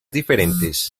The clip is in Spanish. diferentes